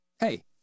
Hey